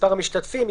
מספר המשתתפים,